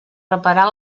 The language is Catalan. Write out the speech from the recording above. reparar